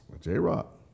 J-Rock